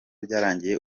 byarangiye